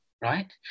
Right